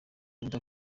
undi